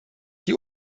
die